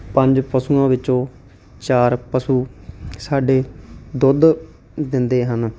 ਪੰਜ ਪਸ਼ੂਆਂ ਵਿੱਚੋਂ ਚਾਰ ਪਸ਼ੂ ਸਾਡੇ ਦੁੱਧ ਦਿੰਦੇ ਹਨ